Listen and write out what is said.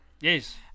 Yes